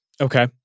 Okay